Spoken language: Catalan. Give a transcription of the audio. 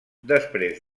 després